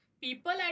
People